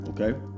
Okay